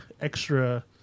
extra